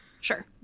Sure